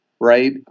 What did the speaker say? Right